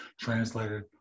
translated